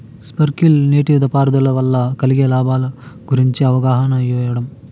Sprinkle నీటిపారుదల వల్ల కలిగే లాభాల గురించి అవగాహన ఇయ్యడం?